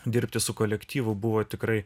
dirbti su kolektyvu buvo tikrai